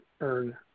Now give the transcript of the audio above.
earn